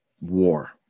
War